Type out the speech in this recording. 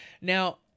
Now